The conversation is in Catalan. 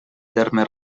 terme